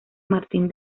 martín